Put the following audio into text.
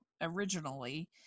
originally